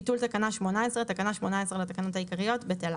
ביטול תקנה 18 5. תקנה 18 לתקנות העיקריות בטלה.